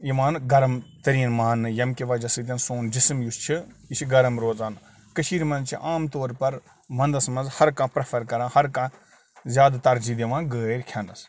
یِوان گرم تٔریٖن مانٛنہٕ ییٚمہِ کہِ وجہ سۭتۍ سون جسم یُس چھِ یہِ چھِ گرم روزان کٔشیٖرِ منٛز چھِ عام طور پَر ونٛدَس منٛز ہر کانٛہہ پرٛٮ۪فَر کَران ہَر کانٛہہ زیادٕ ترجیح دِوان گٲرۍ کھٮ۪نَس